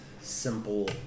simple